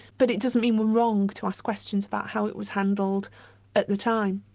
but it doesn't mean we're wrong to ask questions about how it was handled at the time.